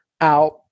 out